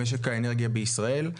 למשק האנרגיה בישראל.